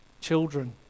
Children